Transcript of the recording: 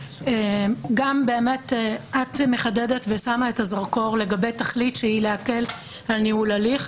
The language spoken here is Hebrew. את מחדדת ושמה את הזרקור לגבי תכלית שהיא להקל על ניהול ההליך,